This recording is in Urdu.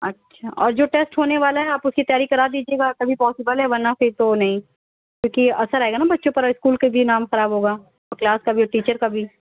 اچھا جو ٹیسٹ ہونے والا ہے آپ اس کی تیاری کرا دیجیے گا تبھی پوسیبل ہے ورنہ پھر تو نہیں کیوں کہ اثر آئے گا نا بچوں پر اسکول کا بھی نام خرا ب ہوگا اور کلاس کا بھی اور ٹیچر کا بھی